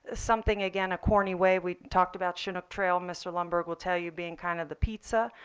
something again a corny way we talked about chinook trail, mr. lumbergh, will tell you being kind of the pizza.